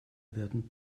werden